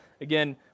Again